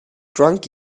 drunk